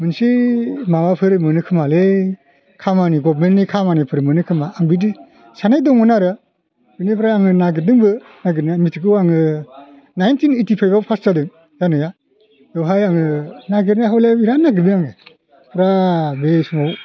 मोनसे माबाफोर मोनोखोमालै खामानि गभमेननि खामानिफोर मोनोखोमा आं बिदि साननाय दंमोन आरो बिनिफ्राय आङो नागिरदोंबो नागिरनाया मिथिगौ आङो नाइन्थिन ओइथि फायबआव पास जादों जानाया बेवहाय आङो नागिरनाया हले बिराद नागिरबाय आङो फुरा बे समाव